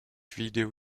video